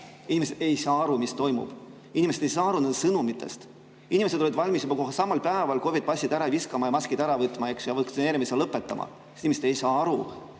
Inimesed ei saa aru, mis toimub. Inimesed ei saa aru nendest sõnumitest. Inimesed olid valmis juba samal päeval COVID‑i passid ära viskama, maskid maha võtma ja vaktsineerimise lõpetama, sest inimesed ei saa aru,